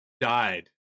died